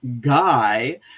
guy